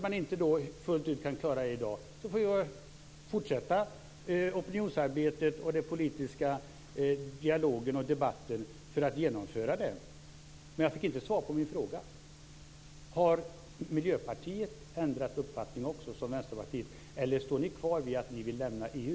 Om det nu är så att man inte kan klara det i dag fullt ut så får vi väl fortsätta med opinionsarbetet och den politiska dialogen och debatten för att genomföra det. Jag fick inte svar på min fråga. Har Miljöpartiet också ändrat uppfattning, som Vänsterpartiet? Eller står ni kvar vid att ni vill lämna EU?